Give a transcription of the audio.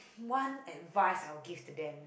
one advise I will give to them